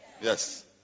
Yes